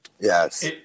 Yes